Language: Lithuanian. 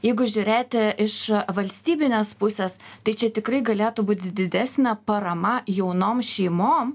jeigu žiūrėti iš valstybinės pusės tai čia tikrai galėtų būt didesnė parama jaunom šeimom